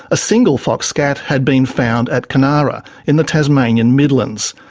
a single fox scat had been found at conara in the tasmanian midlands.